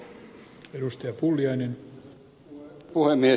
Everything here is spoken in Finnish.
arvoisa puhemies